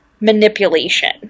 manipulation